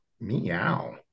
Meow